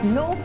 no